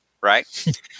right